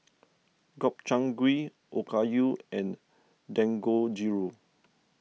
Gobchang Gui Okayu and Dangojiru